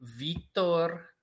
Vitor